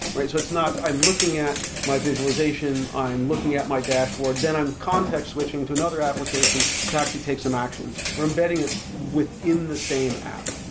right? so it's not, i'm looking at my visualization, i'm looking at my dashboard, then i'm context switching to another application to actually take some action. we're embedding it within the same app.